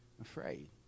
afraid